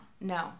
No